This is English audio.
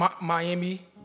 Miami